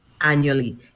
annually